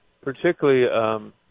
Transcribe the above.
particularly